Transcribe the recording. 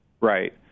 Right